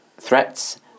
threats